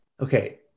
Okay